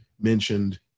mentioned